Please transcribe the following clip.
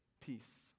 Peace